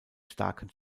starken